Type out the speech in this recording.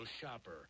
shopper